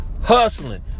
hustling